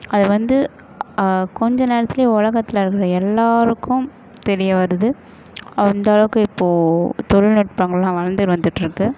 அது வந்து கொஞ்சம் நேரத்தில் உலகத்துல இருக்கிற எல்லோருக்கும் தெரிய வருது அந்த அளவுக்கு இப்போது தொழில்நுட்பங்களெலாம் வளர்ந்து வந்துட்ருக்குது